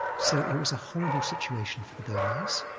so it was a horrible situation for the burmese,